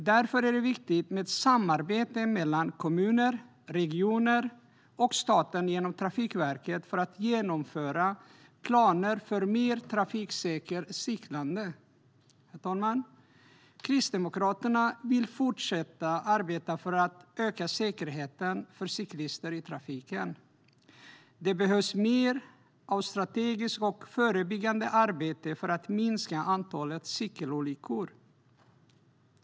Därför är det viktigt med samarbete mellan kommuner, regioner och stat genom Trafikverket för att genomföra planer för mer trafiksäkert cyklande. Herr talman! Kristdemokraterna vill fortsätta att arbeta för att öka säkerheten för cyklister i trafiken. Det behövs mer av strategiskt och förebyggande arbete för att minska antalet cykelolyckor.